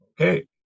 Okay